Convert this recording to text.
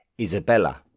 Isabella